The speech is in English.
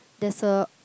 there's a